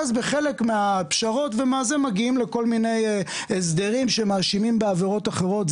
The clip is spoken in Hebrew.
אז כחלק מהפשרות מגיעים לכל מיני הסדרים שמרשיעים בעבירות אחרות.